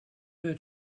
her